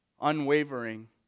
Unwavering